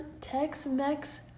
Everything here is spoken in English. Tex-Mex